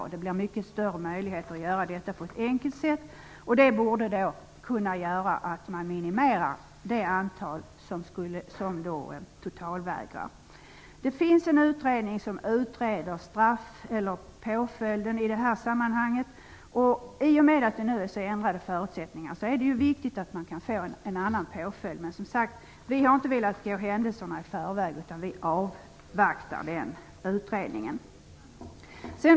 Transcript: Det innebär att möjligheterna blir mycket större att genomföra den på ett enkelt sätt, vilket borde minimera antalet totalvägrare. Det finns en utredning om straff och påföljder i detta sammanhang. I och med att det nu ges ändrade förutsättningar är det viktigt att påföljden kan bli en annan. Men vi har inte velat föregå händelserna utan avvaktar utredningen.